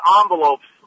envelopes